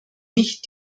nicht